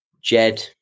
Jed